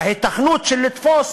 ההיתכנות לתפוס